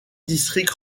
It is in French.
districts